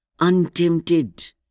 untempted